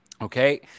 Okay